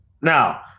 Now